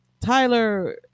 Tyler